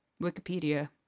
Wikipedia